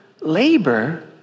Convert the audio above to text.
labor